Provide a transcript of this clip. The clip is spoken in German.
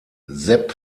sepp